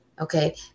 okay